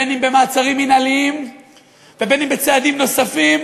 בין במעצרים מינהליים ובין בצעדים נוספים,